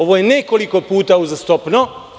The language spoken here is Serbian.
Ovo je nekoliko puta uzastopno.